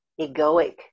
egoic